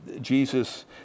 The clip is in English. Jesus